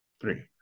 Three